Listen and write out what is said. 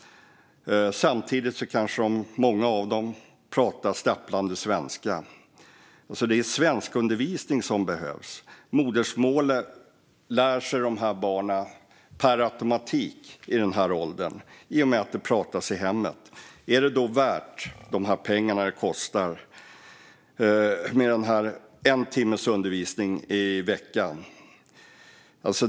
Samtidigt kanske många av dem pratar stapplande svenska. Det är svenskundervisning som behövs. Modersmålet lär sig barn i den åldern per automatik i och med att det pratas i hemmet. Är det då värt de pengar det kostar för en timmes undervisning i veckan?